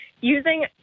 using